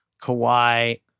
Kawhi